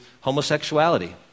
homosexuality